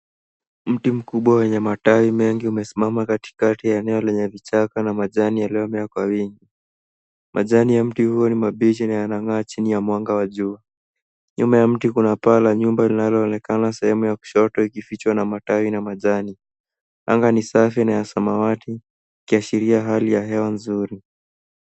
Mti mkubwa wenye matawi mengi umesimama katikati ya eneo lenye vichaka na majani yaliyomea kwa wingi. Majani ya mti huo ni mabichi na yanang'aa chini ya mwanga wa jua. Nyuma ya mti kuna paa la nyumba linaloonekana sehemu ya kushoto ikifichwa na matawi na majani. Anga ni safi na ya samawati, ikiashiria hali ya hewa nzuri.